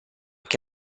che